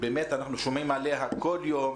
שומעים עליה כל יום,